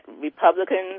Republicans